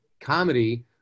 comedy